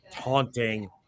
taunting